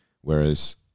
Whereas